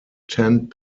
tent